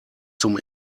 zum